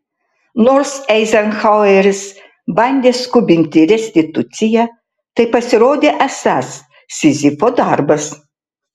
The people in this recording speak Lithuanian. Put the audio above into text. nors eizenhaueris bandė skubinti restituciją tai pasirodė esąs sizifo darbas